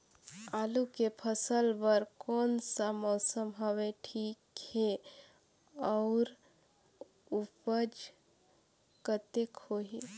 आलू के फसल बर कोन सा मौसम हवे ठीक हे अउर ऊपज कतेक होही?